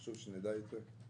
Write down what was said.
חשוב שנדע את זה.